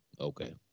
okay